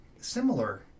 similar